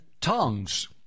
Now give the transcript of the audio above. tongues